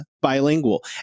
bilingual